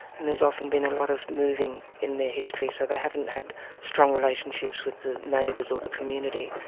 and there's often been a lot of moving in their history so they haven't had strong relationships with the neighbours or the community,